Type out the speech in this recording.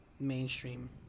mainstream